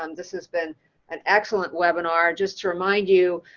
um this has been an excellent webinar. just to remind you,